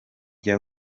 jya